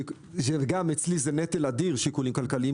שגם אצלי זה נטל אדיר שיקולים כלכליים